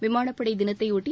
விமானப்படை தினத்தை ஒட்டி